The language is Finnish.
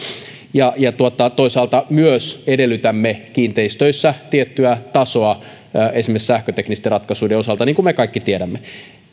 ja ja toisaalta myös edellytämme kiinteistöissä tiettyä tasoa esimerkiksi sähköteknisten ratkaisuiden osalta niin kuin me kaikki tiedämme